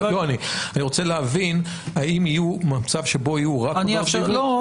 אני רוצה להבין האם יהיה מצב שבו -- לא,